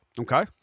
Okay